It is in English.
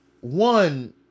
one